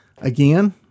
Again